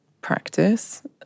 practice